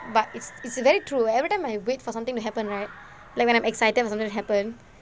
but it's it's a very true every time I wait for something to happen right like when I'm excited for something to happen